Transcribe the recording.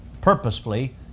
purposefully